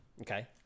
Okay